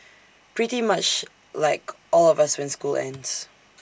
pretty much like all of us when school ends